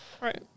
Right